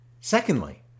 Secondly